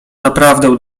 naprawdę